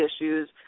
issues